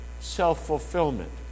self-fulfillment